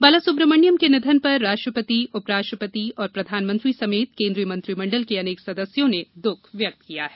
बालासुब्रमण्यम के निधन पर राष्ट्रपति उपराष्ट्रपति और प्रधानमंत्री समेत केंद्रीय मंत्रिमडल के अनेक सदस्यों ने दुख व्यक्त किया है